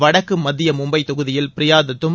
வடக்கு மத்திய மும்பை தொகுதியில் பிரியா தத்தும்